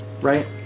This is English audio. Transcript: right